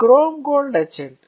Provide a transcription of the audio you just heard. chrome gold etchant